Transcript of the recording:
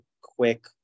quick